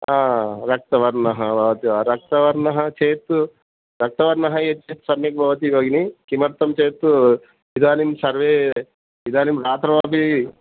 रक्तवर्णः भवति वा रक्तवर्णः चेत् रक्तवर्णः एतत् सम्यक् भवति भगिनी किमर्थं चेत् इदानीं सर्वे इदानीं रात्रौ अपि